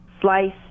slice